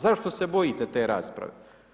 Zašto se bojite te rasprave?